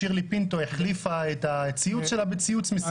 שירלי פינטו החליפה את הציוץ שלה בציוץ מסוג אחר.